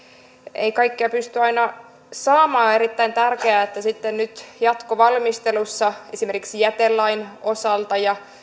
ei kaikkea pysty aina saamaan on erittäin tärkeää että sitten nyt jatkovalmistelussa esimerkiksi jätelain osalta ja